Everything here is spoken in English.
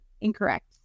incorrect